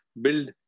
build